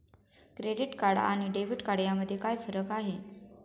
Credit card आणि debit card यामध्ये काय फरक आहे?